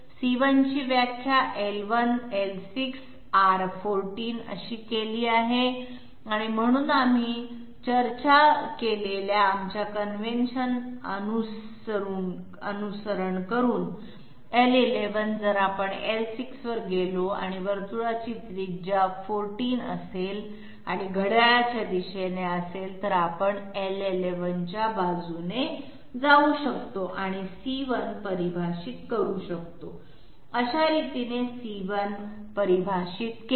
c1 ची व्याख्या l1 l6 R 14 अशी केली आहे म्हणून आम्ही चर्चा केलेल्या आमच्या कन्व्हेंशन असे अनुसरण करून l11 जर आपण l6 वर गेलो आणि वर्तुळाची त्रिज्या 14 असेल आणि घड्याळाच्या दिशेने ठीक असेल तर आपण l11 च्या बाजूने जाऊ शकतो आणि c1 परिभाषित करू शकतो म्हणून c1 अशा प्रकारे परिभाषित केले आहे